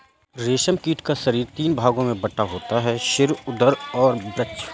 रेशम कीट का शरीर तीन भागों में बटा होता है सिर, उदर और वक्ष